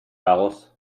alice